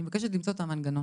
אני מבקשת למצוא את המנגנון.